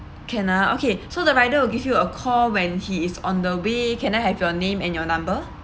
can ah okay so the rider will give you a call when he is on the way can I have your name and your number